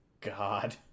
god